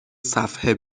صفحه